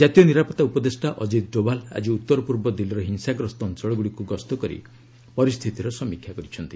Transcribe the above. ଜାତୀୟ ନିରାପତ୍ତା ଉପଦେଷ୍ଟା ଅଜିତ ଡୋଭାଲ୍ ଆକି ଉତ୍ତରପୂର୍ବ ଦିଲ୍ଲୀର ହିଂସାଗ୍ରସ୍ତ ଅଞ୍ଚଳଗୁଡ଼ିକୁ ଗସ୍ତ କରି ପରିସ୍ଥିତିର ସମୀକ୍ଷା କରିଚ୍ଛନ୍ତି